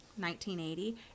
1980